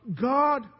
God